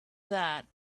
that